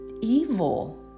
evil